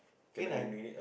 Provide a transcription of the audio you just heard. K nine